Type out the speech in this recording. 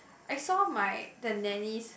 I saw my the nanny's